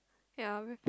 ya maybe